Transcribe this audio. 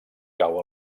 cau